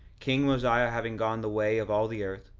king mosiah having gone the way of all the earth,